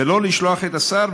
ולא לשלוח את השר,